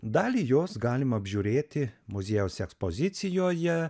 dalį jos galima apžiūrėti muziejaus ekspozicijoje